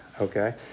okay